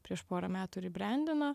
prieš porą metų ribrendina